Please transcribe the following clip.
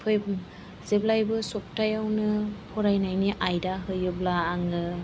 जेब्लायबो सप्तायावनो फरायनायनि आयदा होयोब्ला आङो